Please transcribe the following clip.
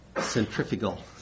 centrifugal